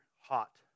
hot